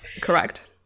correct